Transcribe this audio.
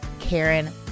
karen